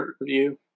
review